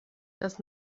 das